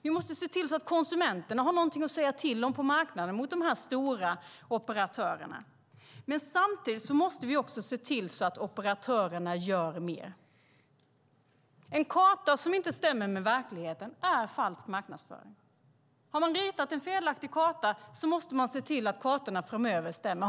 Vi måste se till att konsumenterna har någonting att säga till om på marknaden gentemot de här stora operatörerna. Men samtidigt måste vi se till att operatörerna gör mer. En karta som inte stämmer med verkligheten är falsk marknadsföring. Har man ritat en felaktig karta måste man se till att kartorna framöver stämmer.